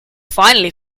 finally